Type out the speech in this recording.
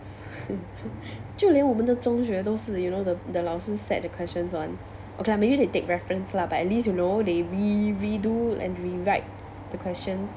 就连我们的中学都是 you know the the 老师 set the questions [one] okay lah maybe they take reference lah but at least you know they re re do and rewrite the questions